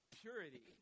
purity